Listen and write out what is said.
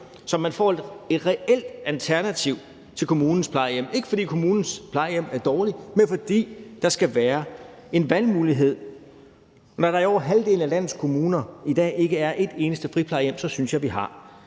så man får et reelt alternativ til kommunens plejehjem, ikke fordi kommunens plejehjem er dårlige, men fordi der skal være en valgmulighed. Når der i over halvdelen af landets kommuner i dag ikke er et eneste friplejehjem, synes jeg, vi har